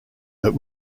that